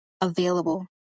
available